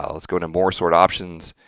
um let's go to more sort options.